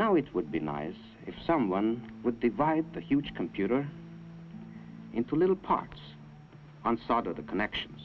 now it would be nice if someone would divide that huge computer into little parts and solder the connections